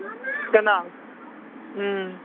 کنال